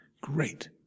Great